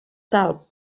talp